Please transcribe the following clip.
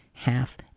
Half